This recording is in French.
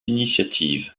initiative